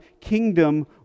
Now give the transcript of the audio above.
kingdom